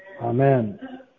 Amen